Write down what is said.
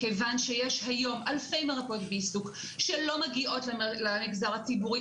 מכיוון שיש היום אלפי מרפאות בעיסוק שלא מגיעות למגזר הציבורי,